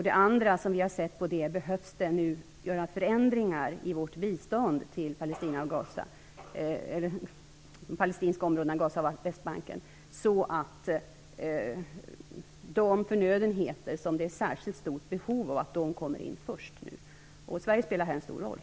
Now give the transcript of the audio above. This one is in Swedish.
Det andra vi har sett på är om vi behöver göra förändringar i vårt bistånd till de palestinska områdena Gaza och Västbanken så att de förnödenheter som det finns ett särskilt stort behov av kommer in först. Sverige spelar här en stor roll.